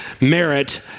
merit